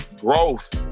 growth